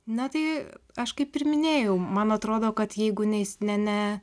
na tai aš kaip ir minėjau man atrodo kad jeigu ne ne ne